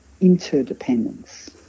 interdependence